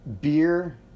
beer